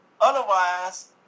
Otherwise